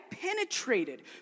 penetrated